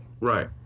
Right